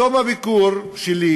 בתום הביקור שלי,